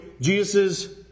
Jesus